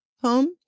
home